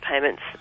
payments